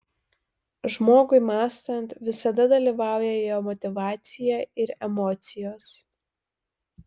žmogui mąstant visada dalyvauja jo motyvacija ir emocijos